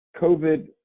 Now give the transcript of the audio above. COVID